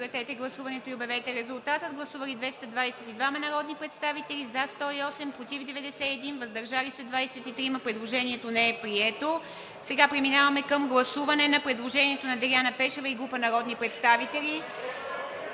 Преминаваме към гласуване на предложението на Корнелия Нинова и група народни представители,